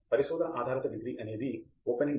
పరిశోధన ఆధారిత డిగ్రీ అనేది ఓపెన్ ఎండ్